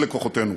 אלה כוחותינו.